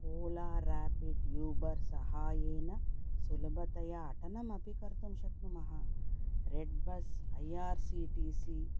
Ola Rapido Uber सहायेन सुलभतया अटनमपि कर्तुं शक्नुमः Red Bus I R C T C